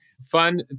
fun